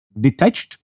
detached